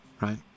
right